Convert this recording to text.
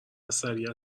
عصبی